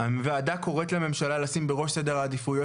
הוועדה קוראת לממשלה לשים בראש סדר העדיפויות